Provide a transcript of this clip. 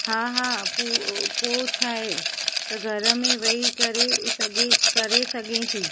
हा हा पोइ पोइ छा आहे त घर में वेई करे सघे करे सघे थी